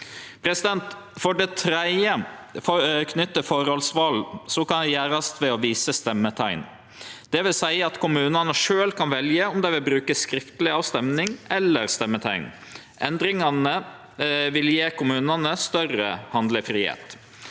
For det tredje føreslår vi at forholdsval kan gjerast ved å vise stemmeteikn. Det vil seie at kommunane sjølve kan velje om dei vil bruke skriftleg avrøysting eller stemmeteikn. Endringane vil gje kommunane større handlefridom.